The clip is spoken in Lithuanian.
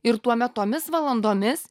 ir tuomet tomis valandomis